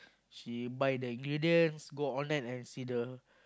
she buy the ingredients go online and see the